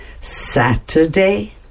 Saturday